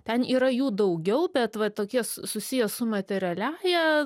ten yra jų daugiau bet va tokie su susiję su materialiąja